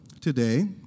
today